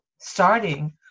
starting